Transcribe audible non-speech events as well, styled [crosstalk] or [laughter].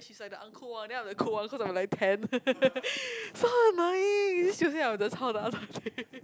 she is like the uncool one then I'm the cool one cause I'm like tanned [laughs] so annoying then she will say I'm the chao ta [laughs]